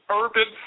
urban